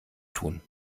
tun